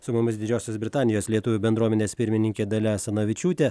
su mumis didžiosios britanijos lietuvių bendruomenės pirmininkė dalia asanavičiūtė